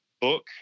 book